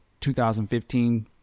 2015